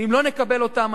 ואם לא נקבל אותם,